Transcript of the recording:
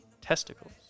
testicles